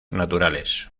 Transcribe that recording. naturales